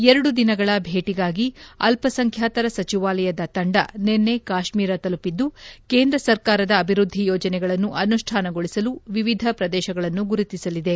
ಎರಡು ದಿನಗಳ ಭೇಟಿಗಾಗಿ ಅಲ್ಪಸಂಖ್ಡಾತರ ಸಚಿವಾಲಯದ ತಂಡ ನಿನ್ನೆ ಕಾಶ್ಮೀರ ತಲುಪಿದ್ದು ಕೇಂದ್ರ ಸರ್ಕಾರದ ಅಭಿವೃದ್ಧಿ ಯೋಜನೆಗಳನ್ನು ಅನುಷ್ಠಾನಗೊಳಿಸಲು ವಿವಿಧ ಪ್ರದೇಶಗಳನ್ನು ಗುರುತಿಸಲಿದೆ